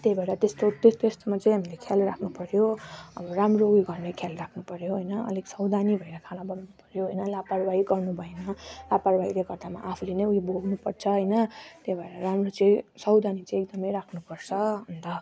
त्यही भएर त्यस्तो त्यो त्यस्तोमा चाहिँ हामीले ख्याल राख्नु पर्यो अब राम्रो उयो भएर ख्याल राख्नु पर्यो अलिक सावधानी भएर खाना बनाउनु पर्यो होइन लापरवाही गर्नु भएन लापरवाहीले गर्दा आफूले नै उयो भोग्नु पर्छ होइन त्यही भएर राम्रो चाहिँ सावधानी चाहिँ एकदमै राख्नु पर्छ अन्त